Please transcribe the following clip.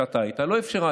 השאילתה היא פשוטה.